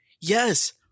yes